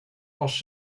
was